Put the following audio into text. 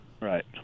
right